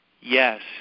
Yes